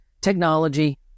technology